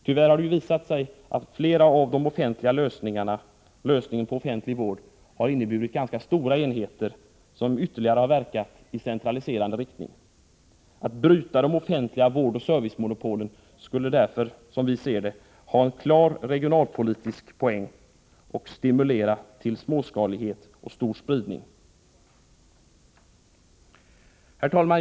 Tyvärr har det visat sig att flera av de offentliga lösningarna på vårdområdet har inneburit ganska stora enheter, vilket har verkat ytterligare i centraliserande riktning. Att bryta de offentliga vårdoch servicemonopolen skulle därför som vi ser det ha en klar regionalpolitisk poäng och stimulera till småskalighet och större spridning. Herr talman!